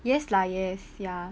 yes lah yes ya